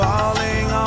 Falling